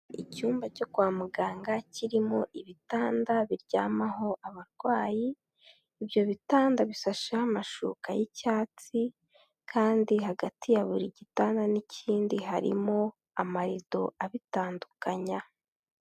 Icyumba cyo kwa muganga kirimo ibitanda biryamaho abarwayi, ibyo bitanda bisasheho amashuka y'icyatsi kandi hagati ya buri gitanda n'ikindi, harimo amarido abitandukanya.